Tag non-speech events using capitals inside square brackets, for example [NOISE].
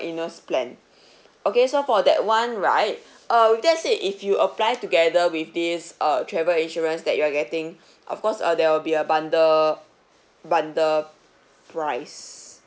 illness plan [BREATH] okay so for that one right uh with that said if you apply together with this uh travel insurance that you're getting [BREATH] of course uh there will be a bundle bundle price